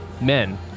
men